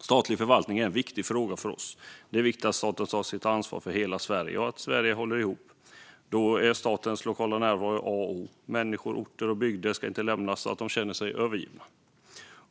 Statlig förvaltning är en viktig fråga för oss. Det är viktigt att staten tar sitt ansvar för hela Sverige och att Sverige håller ihop. Då är statens lokala närvaro A och O. Människor, orter och bygder ska inte lämnas så att de känner sig övergivna.